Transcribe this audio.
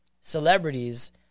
celebrities